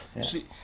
See